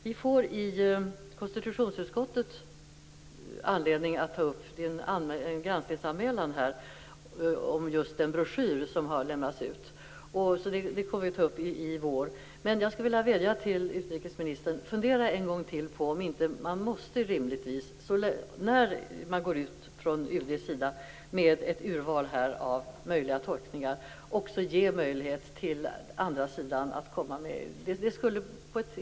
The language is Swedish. Vi får i konstitutionsutskottet anledning att ta upp frågan i vår, för en granskningsanmälan har gjorts om den broschyr som UD har lämnat ut. Jag skulle vilja vädja till utrikesministern: Fundera en gång till på om man inte rimligtvis, när man från UD:s sida går ut med ett urval av möjliga tolkningar, också måste ge möjlighet till andra sidan att komma med sina.